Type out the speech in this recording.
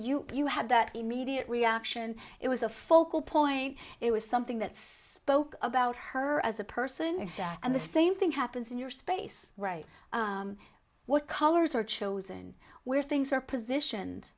you you had that immediate reaction it was a focal point it was something that spoke about her as a person and the same thing happens in your space right what colors are chosen where things are position